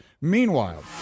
Meanwhile